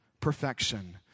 perfection